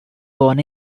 born